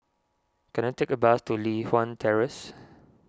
can I take a bus to Li Hwan Terrace